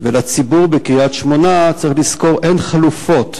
ולציבור בקריית-שמונה, צריך לזכור, אין חלופות.